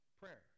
prayer